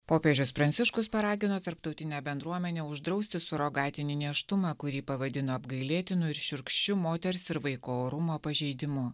popiežius pranciškus paragino tarptautinę bendruomenę uždrausti surogatinį nėštumą kurį pavadino apgailėtinu ir šiurkščiu moters ir vaiko orumo pažeidimu